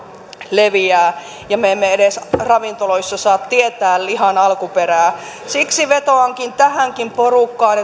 leviää ja me emme edes ravintoloissa saa tietää lihan alkuperää siksi vetoan tähänkin porukkaan